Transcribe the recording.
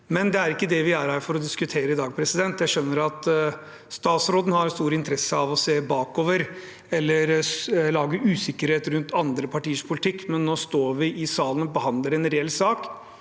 Men det er ikke det vi er her for å diskutere i dag. Jeg skjønner at statsråden har stor interesse av å se bakover, eller skape usikkerhet rundt andre partiers politikk, men nå står vi i salen og behandler en reell sak